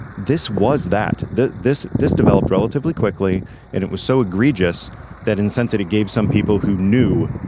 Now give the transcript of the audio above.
this was that that this this developed relatively quickly and it was so egregious that insensitive gave some people who knew.